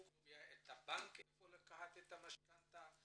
הוא קובע את הבנק איפה לקחת את המשכנתא,